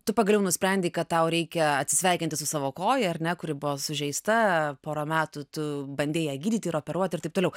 tu pagaliau nusprendei kad tau reikia atsisveikinti su savo koja ar ne kuri buvo sužeista pora metų tu bandei ją gydyti ir operuoti ir taip toliau